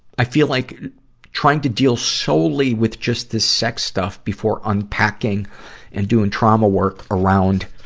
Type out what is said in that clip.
i feel like trying to deal solely with just the sex stuff before unpacking and doing trauma work around,